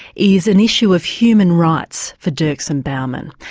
is an issue of human rights for dirksen bauman,